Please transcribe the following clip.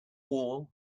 wall